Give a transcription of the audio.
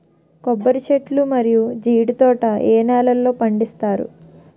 కొబ్బరి చెట్లు మరియు జీడీ తోట ఏ నేలల్లో పండిస్తారు?